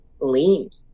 leaned